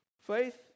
Faith